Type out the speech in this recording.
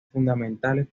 fundamentales